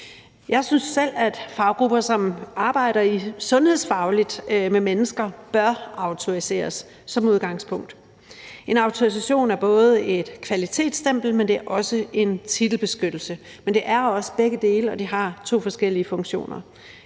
Jeg synes selv, at faggrupper, som arbejder sundhedsfagligt med mennesker, bør autoriseres som udgangspunkt. En autorisation er både et kvalitetsstempel, og det er også en titelbeskyttelse; men det er altså også begge dele og har to forskellige funktioner.